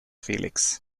felix